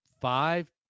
five